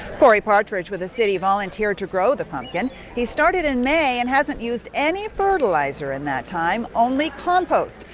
cory partridge with the city volunteered to grow the pumpkin. he started in may and hasn't used any fertilizer in that time, only compost.